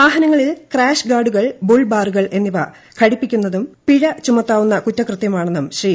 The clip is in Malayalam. വാഹനങ്ങളിൽ ക്രാഷ് ഗാർഡുകൾ ബുൾ ബാറുകൾ എന്നിവ ഘടിപ്പിക്കുന്നതും പിഴ ചുമത്താവുന്ന കുറ്റകൃത്യ മാണെന്നും ശ്രീ